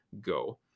go